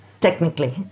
technically